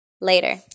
Later